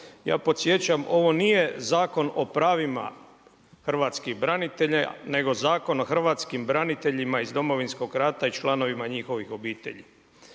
Ja podsjećam ovo nije Zakon o pravima hrvatskih branitelja nego Zakon o hrvatskim braniteljima iz Domovinskog rata i članovima njihovih obitelji.